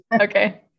Okay